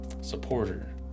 supporter